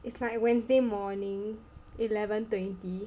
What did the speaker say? it's like Wednesday morning eleven twenty